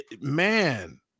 man